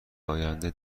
آینده